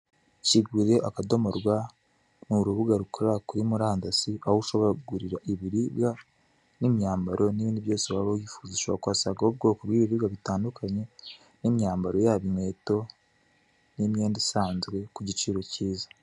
Kigure akadomo rwa ni urubuga rukorera kuri murandasi, aho ushobora kugurira ibiribwa n'imyambaro n'ibindi byose waba wifuza ushobora kuhasanga ubwoko bw'ibiribwa butandukanye, nk'imyambaro, yaba inkweto, n'imyenda isanzwe ku giciro kiza.